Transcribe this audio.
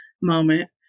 moment